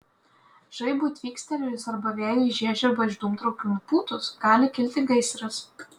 žaibui tvykstelėjus arba vėjui žiežirbą iš dūmtraukių nupūtus gali kilti gaisras